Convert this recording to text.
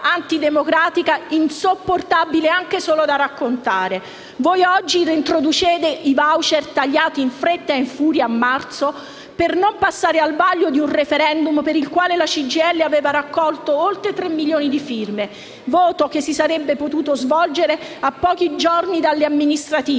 Voi oggi reintroducete i *voucher* tagliati in fretta e furia a marzo per non passare dal vaglio di un *referendum* per il quale la CGIL aveva raccolto oltre 3 milioni di firme; un voto che si sarebbe dovuto svolgere a pochi giorni dalle elezioni amministrative